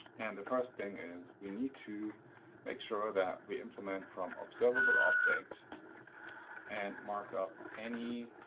and the first thing is we need to make sure that we implement from observableobject and mark up any